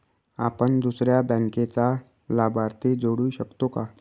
आपण दुसऱ्या बँकेचा लाभार्थी जोडू शकतो का?